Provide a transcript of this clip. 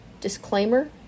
disclaimer